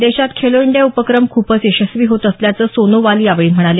देशात खेलो इंडिया उपक्रम खूपच यशस्वी होत असल्याचं सोनोवाल यावेळी म्हणाले